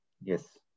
Yes